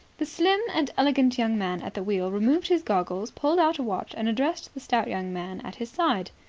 the slim and elegant young man at the wheel removed his goggles, pulled out a watch, and addressed the stout young man at his side.